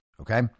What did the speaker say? Okay